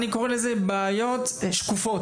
אני קורא לזה "עם בעיות שקופות".